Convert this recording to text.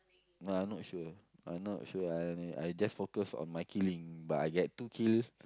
uh not sure I not sure I only I just focus on my killing but I get two kill